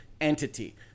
Entity